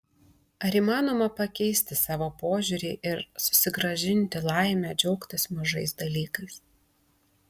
ar įmanoma pakeisti savo požiūrį ir susigrąžinti laimę džiaugtis mažais dalykais